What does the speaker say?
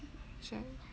shag